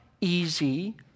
easy